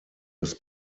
des